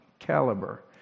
Caliber